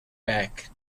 back